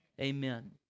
Amen